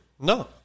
No